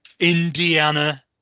Indiana